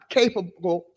capable